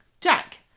Jack